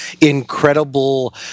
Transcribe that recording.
incredible